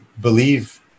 believe